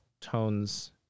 tones